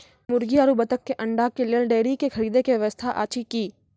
मुर्गी आरु बत्तक के अंडा के लेल डेयरी के खरीदे के व्यवस्था अछि कि?